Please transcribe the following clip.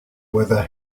whether